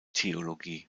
theologie